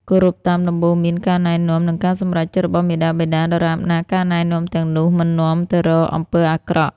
គោរពតាមដំបូន្មាន ការណែនាំ និងការសម្រេចចិត្តរបស់មាតាបិតា ដរាបណាការណែនាំទាំងនោះមិននាំទៅរកអំពើអាក្រក់។